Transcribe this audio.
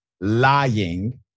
lying